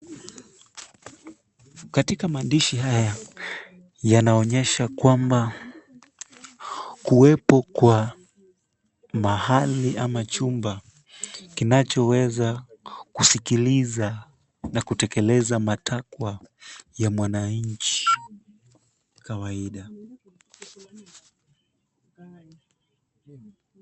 Katika maandishi haya yanaonyesha kwamba kuwepo kwa mahali ama chumba kinachoweza kusikiliza na kutekeleza matakwa ya mwananchi kawaida.